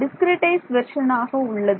discretise வெர்ஷனாக உள்ளது